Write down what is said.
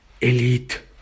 elite